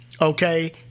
Okay